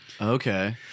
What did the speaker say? Okay